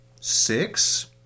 six